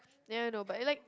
ya I know but it like